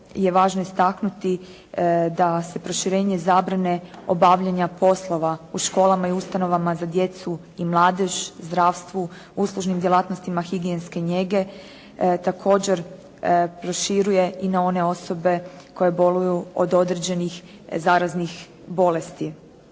je važno istaknuti da se proširenje zabrane obavljanja poslova u školama i ustanovama za djecu i mladež, zdravstvu, uslužnim djelatnostima, higijenske njege također proširuje i na osobe koje boluju od određenih zaraznih bolesti.